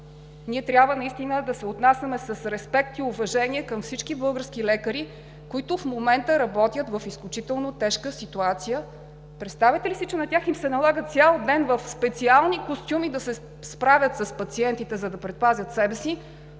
Ние трябва наистина да се отнасяме с респект и уважение към всички български лекари, които в момента работят в изключително тежка ситуация. Представяте ли си, че на тях им се налага цял ден в специални костюми да се справят с пациентите, за да предпазят себе си,